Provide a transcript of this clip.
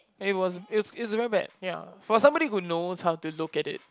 it was it's it was very bad ya for somebody who knows how to look at